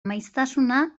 maiztasuna